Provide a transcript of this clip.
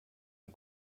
ein